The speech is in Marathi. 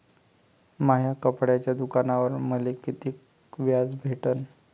माया कपड्याच्या दुकानावर मले कितीक व्याज भेटन?